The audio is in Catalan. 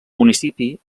municipi